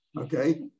Okay